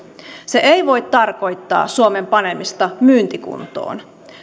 se ei voi tarkoittaa suomen panemista myyntikuntoon